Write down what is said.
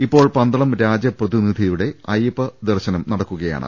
ഇപ്പോൾ പന്തളം രാജപ്രതിനിധിയുടെ അയ്യപ്പ ദർശനം നടക്കുകയാണ്